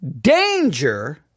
danger